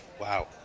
Wow